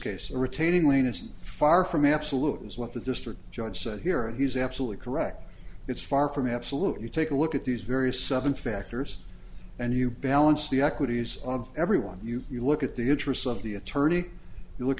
case or retaining lane isn't far from absolute is what the district judge said here and he's absolutely correct it's far from absolute you take a look at these various seven factors and you balance the equities of every one you you look at the interests of the attorney you look